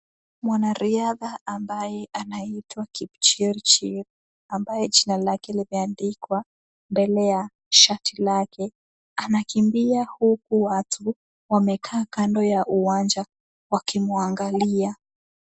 Mwanariadha ambaye anaitwa Kipchirchir, ambaye jina lake limeandikwa mbele ya shati lake, anakimbia huku watu wamekaa kando ya uwanja wakimwangalia.